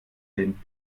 den